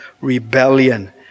rebellion